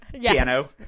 piano